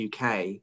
uk